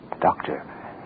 Doctor